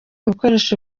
bikoresho